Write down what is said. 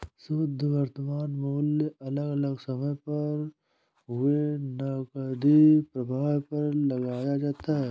शुध्द वर्तमान मूल्य अलग अलग समय पर हुए नकदी प्रवाह पर लगाया जाता है